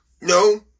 No